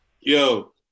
yo